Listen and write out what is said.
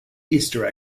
easter